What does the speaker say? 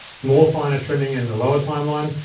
more finer trimming in the lower timeline,